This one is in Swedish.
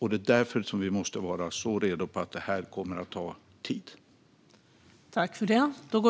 Det är därför vi måste vara så redo för att detta kommer att ta tid.